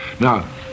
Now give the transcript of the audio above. Now